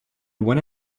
one